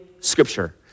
scripture